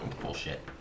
Bullshit